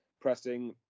pressing